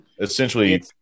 essentially